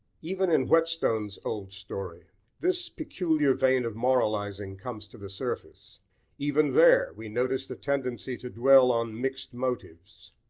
even in whetstone's old story this peculiar vein of moralising comes to the surface even there, we notice the tendency to dwell on mixed motives,